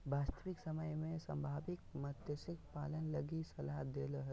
वास्तविक समय में संभावित मत्स्य पालन लगी सलाह दे हले